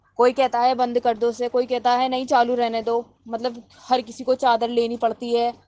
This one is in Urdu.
کوئی کہتا ہے بند کر دو اسے کوئی کہتا ہے نہیں چالو رہنے دو مطلب ہر کسی کو چادر لینی پڑتی ہے